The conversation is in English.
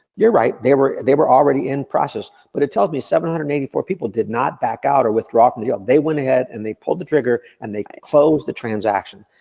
you're right, they were they were already in process. but it tells me seven hundred and eighty four people did not back out, or withdraw from the deal. they went ahead and they pulled the trigger, and they closed the transaction,